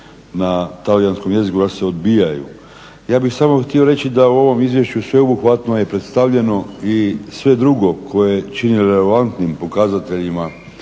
na talijanskom jeziku kad se odbijaju. Ja bih samo htio reći da u ovom izvješću sveobuhvatno je predstavljeno i sve drugo koje čini relevantnim pokazateljima